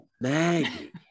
Maggie